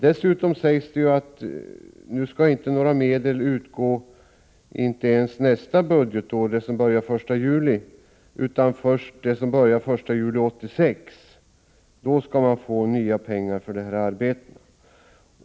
Det sägs nu att det inte skall utgå några medel ens nästa budgetår, som börjar den 1 juli i år, utan först i juli 1986 skall nya pengar avsättas för detta arbete.